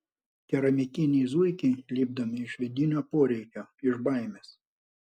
keramikiniai zuikiai lipdomi iš vidinio poreikio iš baimės